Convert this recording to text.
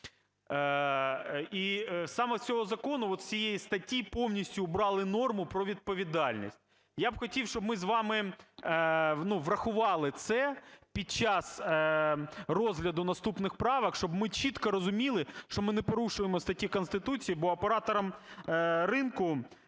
І саме з цього закону, от з цієї статті повністю убрали норму про відповідальність. Я б хотів, щоб ми з вами, ну, врахували це під час розгляду наступних правок, щоб чітко розуміли, що ми не порушуємо статті Конституції, бо операторам ринку